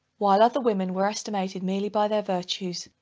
while other women were estimated merely by their virtues,